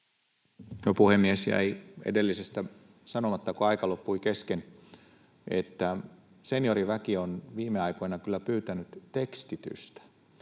puhemies! Jäi edellisestä puheenvuorosta sanomatta, kun aika loppui kesken, että senioriväki on kyllä viime aikoina pyytänyt tekstitystä.